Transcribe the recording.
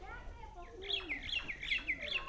লাউ বীজের উচ্চ ফলনশীল ভ্যারাইটি আছে কী?